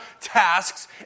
tasks